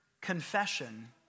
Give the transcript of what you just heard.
confession